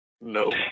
No